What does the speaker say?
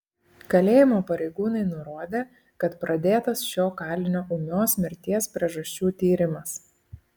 kalėjimo pareigūnai nurodė kad pradėtas šio kalinio ūmios mirties priežasčių tyrimas